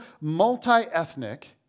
multi-ethnic